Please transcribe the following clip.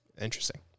Interesting